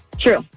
True